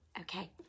Okay